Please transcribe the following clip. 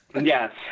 Yes